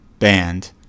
band